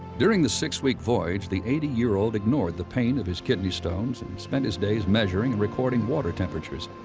during the six week voyage, the eighty year old ignored the pain of his kidney stones and spent his days measuring and recording water temperatures,